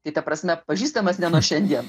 tai ta prasme pažįstamas ne nuo šiandien